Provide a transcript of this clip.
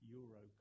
euro